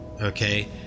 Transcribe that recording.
okay